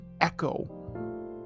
echo